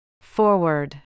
Forward